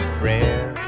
friend